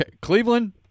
Cleveland